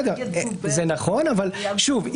זה נכון אבל שוב,